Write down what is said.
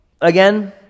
again